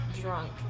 drunk